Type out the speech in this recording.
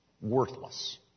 worthless